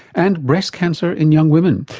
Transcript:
and breast cancer in young women.